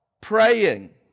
praying